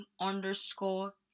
underscore